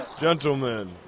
Gentlemen